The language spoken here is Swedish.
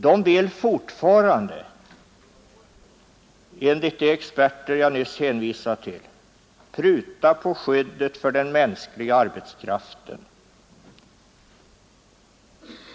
De vill fortfarande enligt de experter jag nyss hänvisade till pruta på skyddet för den mänskliga arbetskraften.